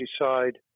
decide